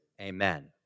Amen